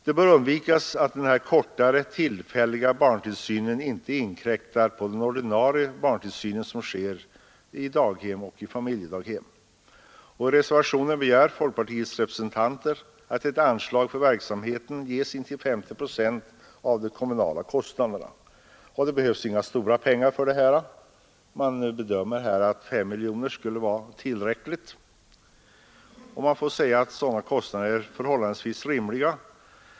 Det bör undvikas att den kortare, tillfälliga barntillsynen inkräktar på den ordinarie barntillsynen i daghem och familjedaghem. I reservationen begär folkpartiets representanter att ett anslag för verksamheten ges intill 50 procent av de kommunala kostnaderna. Det behövs inga stora pengar för det här ändamålet. Man bedömer att 5 miljoner skall vara tillräckligt, och sådana kostnader är förhållandevis rimliga.